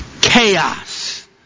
Chaos